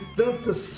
tantas